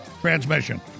transmission